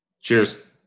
Cheers